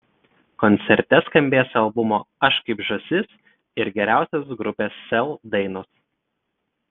koncerte skambės albumo aš kaip žąsis ir geriausios grupės sel dainos